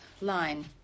line